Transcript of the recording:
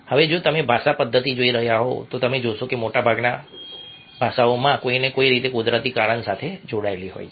હવે જો તમે ભાષાની પદ્ધતિ જોઈ રહ્યા હોવ તો તમે જોશો કે મોટાભાગની ભાષાઓ કોઈને કોઈ રીતે કુદરતી કારણ સાથે જોડાયેલી હોય છે